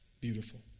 beautiful